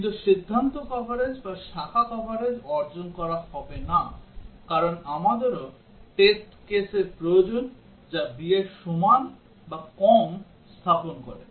কিন্তু সিদ্ধান্ত কভারেজ বা শাখা কভারেজ অর্জন করা হবে না কারণ আমাদেরও টেস্ট কেসের প্রয়োজন যা b এর সমান বা কম স্থাপন করে